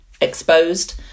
exposed